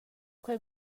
quei